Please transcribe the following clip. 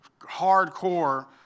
hardcore